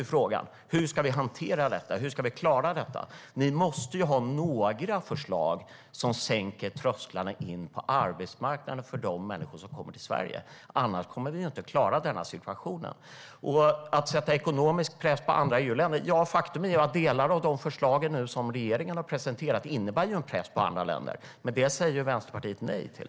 Hur ska vi hantera detta? Hur ska vi klara detta? Ni måste ju ha några förslag som sänker trösklarna in på arbetsmarknaden för de människor som kommer till Sverige. Annars kommer vi inte att klara denna situation. Christina Höj Larsen säger att vi ska sätta ekonomisk press på andra EU-länder. Ja, och faktum är att delar av de förslag som regeringen nu har presenterat innebär en press på andra länder. Men de säger ju Vänsterpartiet nej till.